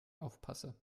aufpasse